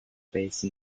base